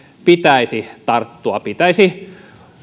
pitäisi tarttua pitäisi